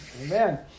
Amen